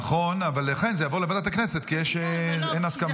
נכון, לכן זה יעבור לוועדת הכנסת, כי אין הסכמה.